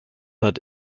hat